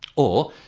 or,